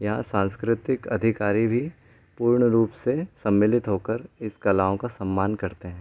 यहाँ सांस्कृतिक अधिकारी भी पूर्ण रूप से सम्मिलित होकर इस कलाओं का सम्मान करते हैं